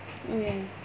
ya